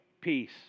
peace